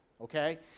okay